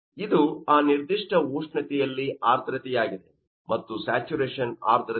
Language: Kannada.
ಇದು ಆ ನಿರ್ಧಿಷ್ಟ ಉಷ್ಣತೆಯಲ್ಲಿ ಆರ್ದ್ರತೆಯಾಗಿದೆ ಮತ್ತು ಸ್ಯಾಚುರೇಶನ್ ಆರ್ದ್ರತೆ ಎಷ್ಟು